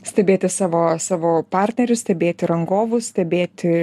stebėti savo savo partnerius stebėti rangovų stebėti